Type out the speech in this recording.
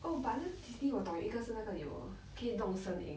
oh but then Disney 我懂一个是那个有可以弄声音